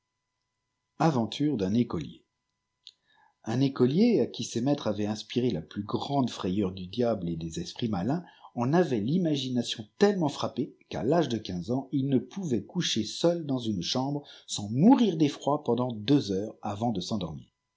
aventure d'un écolier un écolier à qui ses maîtres avaient inspiré la plus grande frayeur du diable ei des esprits malins en avait l'imagination tellement frappée qu'à l'âge de quinze ans il ne pouvait coucher seul dans une chambre sans mourir d'ejîroi pendant deux heures avant de s'endormir